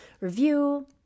review